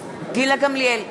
גמליאל,